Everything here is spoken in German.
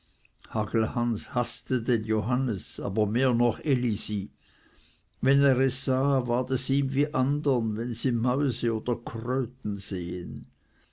haßte den johannes aber mehr noch elisi wenn er es sah ward es ihm wie andern wenn sie mäuse oder kröten sehen